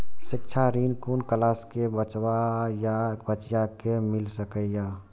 शिक्षा ऋण कुन क्लास कै बचवा या बचिया कै मिल सके यै?